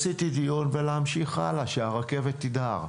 עשיתי טיול ולהמשיך הלאה שהרכבת תדהר.